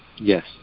Yes